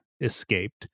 escaped